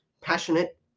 passionate